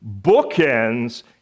bookends